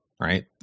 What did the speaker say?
right